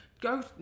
go